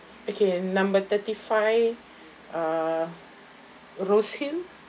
okay number thirty five uh rose hill